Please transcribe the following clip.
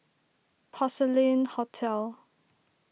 Porcelain Hotel